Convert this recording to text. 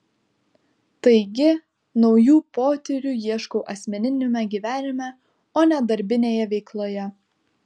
taigi naujų potyrių ieškau asmeniniame gyvenime o ne darbinėje veikloje